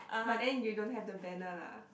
but then you don't have the banner lah